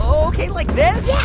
ok, like this? yeah,